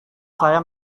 saya